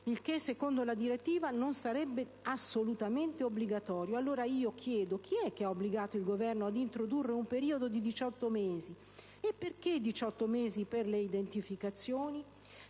che, secondo la direttiva, non sarebbe assolutamente obbligatorio. Allora io chiedo: chi è che ha obbligato il Governo ad introdurre un periodo di 18 mesi? Perché 18 mesi per le identificazioni?